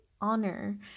honor